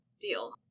deal